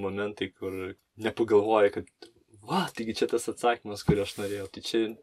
momentai kur nepagalvoji kad va taigi čia tas atsakymas kurio aš norėjau čia